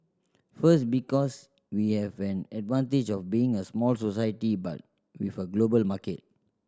first because we have an advantage of being a small society but with a global market